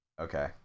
Okay